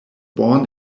born